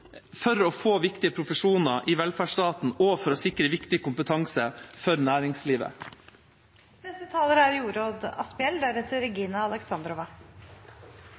for å få viktige profesjoner i velferdsstaten og for å sikre viktig kompetanse for næringslivet. Fagskolenes bidrag er